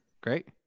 Great